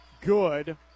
good